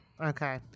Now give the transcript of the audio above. Okay